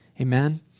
Amen